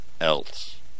else